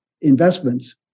investments